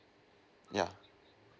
yeah